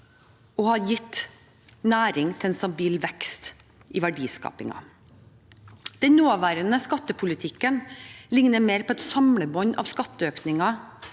og har gitt næring til en stabil vekst i verdiskapingen. Den nåværende skattepolitikken ligner mer på et samlebånd av skatteøkninger,